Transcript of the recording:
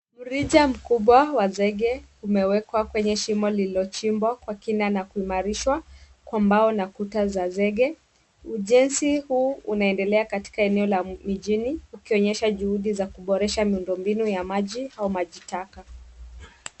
Mrija mkubwa wa zege umewekwa kwenye shimo lililochimbwa kwa kina na kuimarishwa kwa mbao na kuta za zege. Ujenzi huu unaendelea katika eneo la mijini ukionyesha juhudi za kuboresha miundombinu ya maji au maji taka.